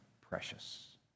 precious